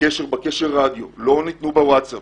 הרדיו ולא בווטסאפ.